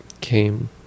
came